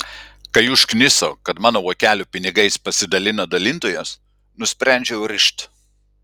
kai užkniso kad mano vokelio pinigais pasidalina dalintojas nusprendžiau rišt